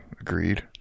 Agreed